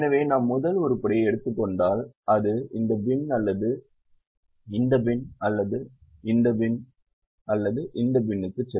எனவே நாம் முதல் உருப்படியை எடுத்துக் கொண்டால் அது இந்த பின் அல்லது இந்த பின் அல்லது இந்த பின் அல்லது இந்த பின்னுக்கு செல்லும்